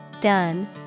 done